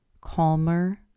Calmer